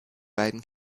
beiden